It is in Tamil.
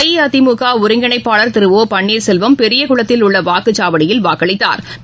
அஇஅதிமுக ஒருங்கிணைப்பாள் திரு ஓ பன்னீர்செல்வம் பெரியகுளத்தில் உள்ள வாக்குச்சாவடியில் வாக்களித்தாா்